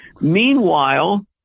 Meanwhile